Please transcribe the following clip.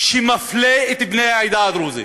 שמפלה את בני העדה הדרוזית,